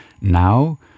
now